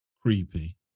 creepy